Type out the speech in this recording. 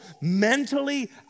mentally